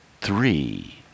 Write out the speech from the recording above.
Three